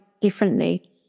differently